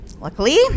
luckily